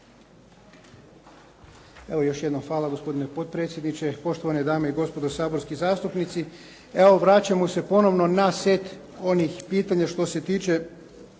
Još jednom hvala gospodine potpredsjedniče. Poštovane dame i gospodo saborski zastupnici. Vraćamo se ponovo na set onih pitanja što se tiče